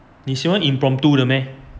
你喜欢 impromptu 的 meh